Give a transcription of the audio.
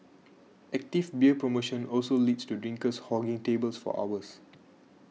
active beer promotion also leads to drinkers hogging tables for hours